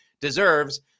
deserves